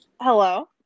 Hello